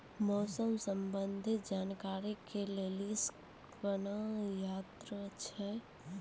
मौसम संबंधी जानकारी ले के लिए कोनोर यन्त्र छ?